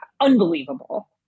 unbelievable